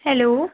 hello